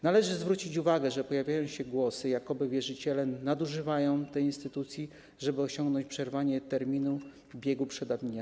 Należy zwrócić uwagę na to, że pojawiają się głosy, jakoby wierzyciele nadużywali tej instytucji, żeby osiągnąć przerwanie biegu terminu przedawnienia.